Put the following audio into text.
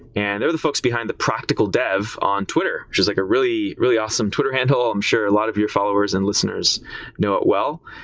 and they are the folks behind the practical dev on twitter, which is like a really, really awesome twitter handle. i'm sure a lot of your followers and listeners know it well.